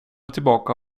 tillbaka